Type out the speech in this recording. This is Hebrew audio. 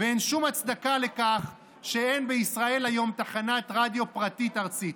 ואין שום הצדקה לכך שאין בישראל היום תחנת רדיו פרטית ארצית.